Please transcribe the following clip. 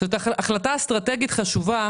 זאת החלטה אסטרטגית חשובה